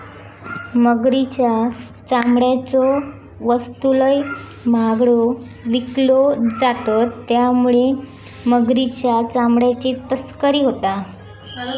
मगरीच्या चामड्याच्यो वस्तू लय महागड्यो विकल्यो जातत त्यामुळे मगरीच्या चामड्याची तस्करी होता